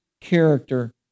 character